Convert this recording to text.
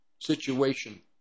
situation